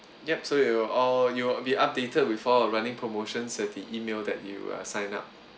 yup so it'll all you'll be updated with all of our running promotion at the email that you uh sign up